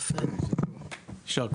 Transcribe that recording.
יפה, ישר כוח.